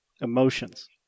emotions